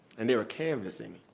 and they were canvassing.